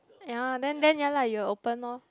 ya then then ya lah you'll open lor